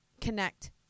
connect